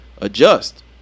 Adjust